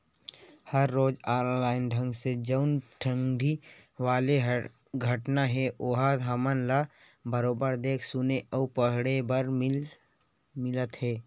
हर रोज ऑनलाइन ढंग ले जउन ठगी वाले घटना हे ओहा हमन ल बरोबर देख सुने अउ पड़हे बर मिलत हे